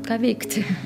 ką veikti